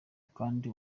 kandi